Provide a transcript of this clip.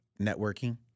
networking